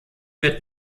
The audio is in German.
wird